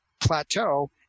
plateau